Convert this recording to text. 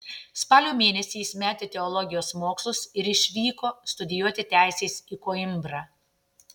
spalio mėnesį jis metė teologijos mokslus ir išvyko studijuoti teisės į koimbrą